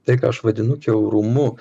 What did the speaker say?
tai ką aš vadinu kiaurumu